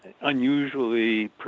unusually